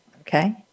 Okay